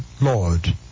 Lord